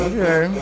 Okay